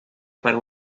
para